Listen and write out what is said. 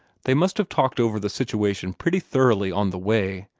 they must have talked over the situation pretty thoroughly on the way,